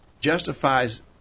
justifies